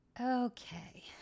Okay